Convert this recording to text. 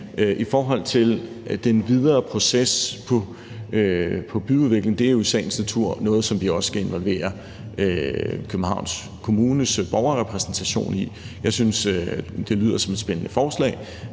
I forhold til den videre proces for byudviklingen er det jo i sagens natur noget, som vi også skal involvere Københavns Kommunes Borgerrepræsentation i. Jeg synes, det lyder som et spændende forslag,